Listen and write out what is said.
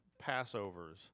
Passovers